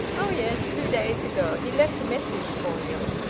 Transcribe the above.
oh yes. two days ago. he left a message for you.